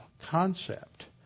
concept